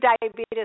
diabetes